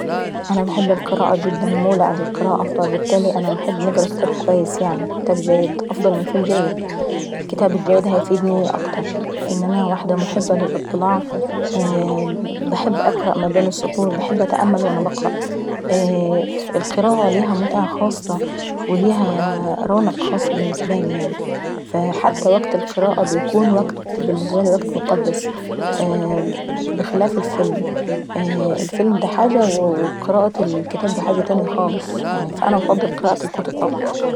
انا بنحب القراءة جدا، انا مولعة بالقراءةـ فالبتالي نحب نجرا كتاب كويس يعناي ، كتاب جيد افضل من فيلم جيد الكتاب الجيد هيفيدناي اكتر، لان واحدة محبة للاطلاع بحب نجرا ما بين السطور، بحب نتالم وانا نقرا، القراءة ليها متعة خاصة وليها اااا ورونق خاص بالنسبة يعناي، وليها وكت مقدس بالنسبة. بخلاف الفيلم ، الفيلم دا حاجاا والكتاب دا حااجة تاني خالص يعناي.